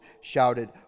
shouted